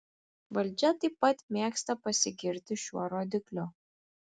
valdžia taip pat mėgsta pasigirti šiuo rodikliu